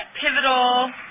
pivotal